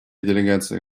делегация